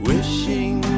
Wishing